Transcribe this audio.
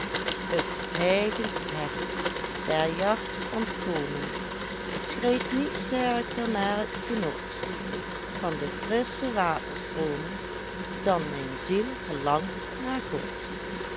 t hijgend hert der jacht ontkomen schreeuwt niet sterker naar t genot van de frissche waterstroomen dan mijn ziel verlangt naar god